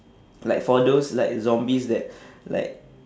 like for those like zombies that like